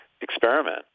experiment